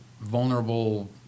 vulnerable